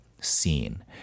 seen